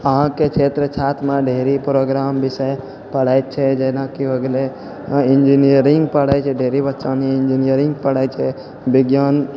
अहाँके क्षेत्र छात्रमे ढेरी प्रोग्राम विषय पढ़ैत छै जेनाकि हो गेलै इन्जिनियरिंग ढेरी बच्चा एनि इन्जिनियरिंग पढ़ै छै विज्ञान